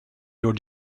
your